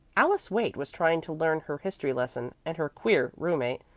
alice waite was trying to learn her history lesson, and her queer roommate,